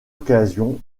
occasion